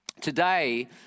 Today